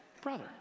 brother